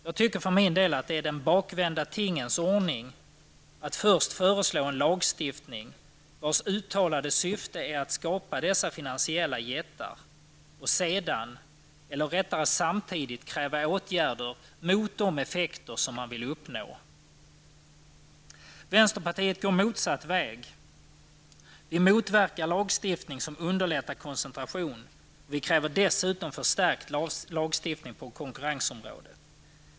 Jag tycker för min del att det är en ''den bakvända tingens ordning'' att först föreslå en lagstiftning, vars uttalade syfte är att skapa dessa finansiella jättar och sedan -- eller rättare sagt samtidigt -- kräva åtgärder mot de effekter som man vill uppnå. Vänsterpartiet går motsatt väg. Vi vill motverka lagstiftning som underlättar koncentration, och vi kräver dessutom förstärkt lagstiftning på konkurrensområdet.